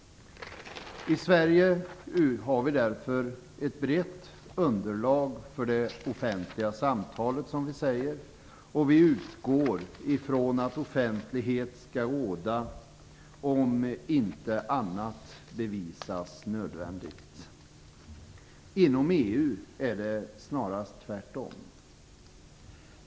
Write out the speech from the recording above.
I Sverige finns det ett brett underlag för det offentliga samtalet. Vi utgår från att offentlighet skall råda om inte annat bevisats nödvändigt. Inom EU är det snarare tvärtom.